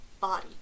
body